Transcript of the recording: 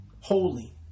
holy